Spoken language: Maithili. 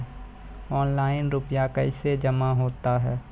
ऑनलाइन रुपये कैसे जमा होता हैं?